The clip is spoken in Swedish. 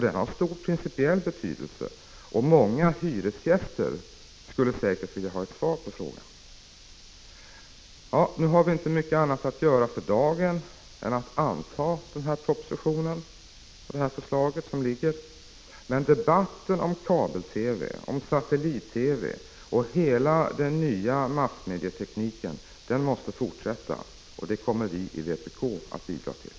Den har stor principiell betydelse, och många hyresgäster skulle säkerligen vilja ha ett svar på den frågan. För dagen har vi inte mycket annat att göra än att anta propositionen och utskottets förslag. Men debatten om kabel-TV, satellit-TV och hela den nya massmedietekniken måste fortsätta, och det kommer vi i vpk att bidra till.